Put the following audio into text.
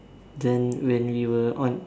then when we were on